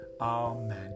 Amen